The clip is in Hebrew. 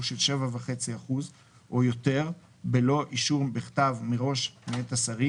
של 7.5% או יותר בלא אישור בכתב ומראש מאת השרים,